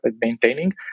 maintaining